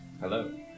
Hello